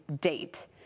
date